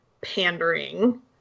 pandering